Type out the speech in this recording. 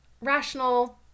rational